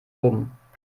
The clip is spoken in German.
oben